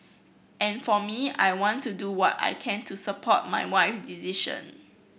and for me I want to do what I can to support my wife decision